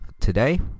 today